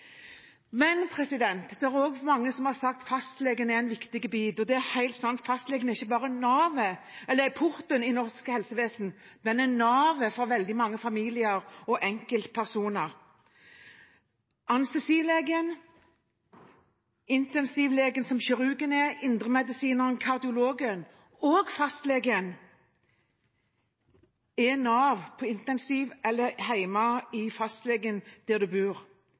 Det er også mange som har sagt at fastlegen er viktig, og det er helt sant. Fastlegen er ikke bare porten i norsk helsevesen, den er navet for veldig mange familier og enkeltpersoner. Anestesilegen, intensivlegen, som kirurgen er, indremedisineren, kardiologen og fastlegen – de er nav på intensivavdelingen eller når det gjelder fastlegen, der